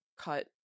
cut